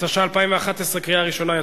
התשע"א 2011, קריאה ראשונה.